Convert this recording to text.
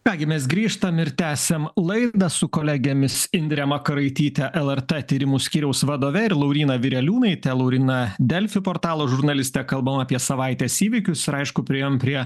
ką gi mes grįžtam ir tęsiam laidą su kolegėmis indre makaraityte lrt tyrimų skyriaus vadove ir lauryna vireliūnaite lauryna delfi portalo žurnalistė kalbam apie savaitės įvykius ir aišku priėjom prie